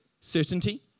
Certainty